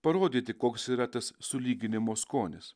parodyti koks yra tas sulyginimo skonis